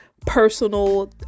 personal